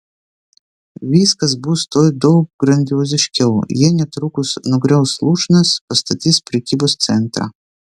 viskas bus tuoj daug grandioziškiau jie netrukus nugriaus lūšnas pastatys prekybos centrą